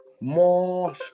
more